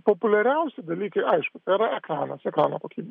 populiariausi dalykai aišku tai yra ekranas ekrano kokybė